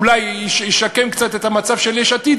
אולי קצת ישקם את המצב של יש עתיד,